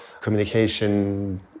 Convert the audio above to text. communication